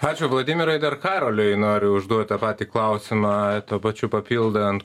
ačiū vladimirai dar karoliui noriu užduoti tą patį klausimą tuo pačiu papildant